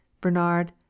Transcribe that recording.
bernard